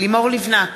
לימור לבנת,